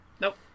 nope